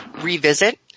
revisit